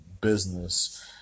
business